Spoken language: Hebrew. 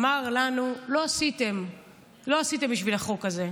אמר לנו: לא עשיתם בשביל החוק הזה.